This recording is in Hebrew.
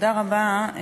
תודה רבה.